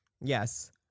Yes